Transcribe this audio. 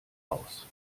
aus